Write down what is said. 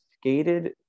skated